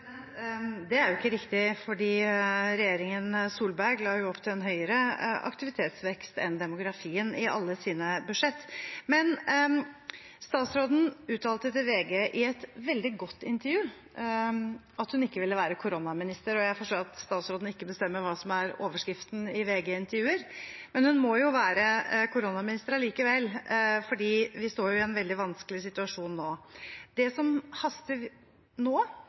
Det er jo ikke riktig, for regjeringen Solberg la opp til en høyere aktivitetsvekst enn demografien skulle tilsi, i alle sine budsjetter. Statsråden uttalte til VG, i et veldig godt intervju, at hun ikke ville være koronaminister. Jeg forstår at statsråden ikke bestemmer hva som skal være overskriften i VG-intervjuer, men hun må jo være koronaminister likevel, for vi står i en veldig vanskelig situasjon. Det som haster nå,